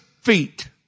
feet